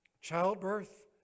Childbirth